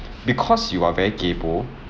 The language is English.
because you are very kaypoh